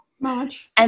March